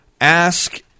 ask